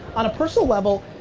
on a personal level,